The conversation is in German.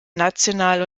national